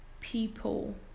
people